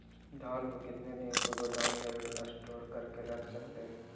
धान को कितने दिन को गोदाम में स्टॉक करके रख सकते हैँ?